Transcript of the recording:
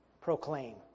proclaim